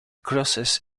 crosses